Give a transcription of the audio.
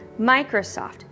Microsoft